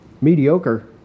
mediocre